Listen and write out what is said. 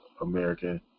American